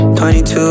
22